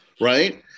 right